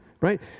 right